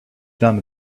done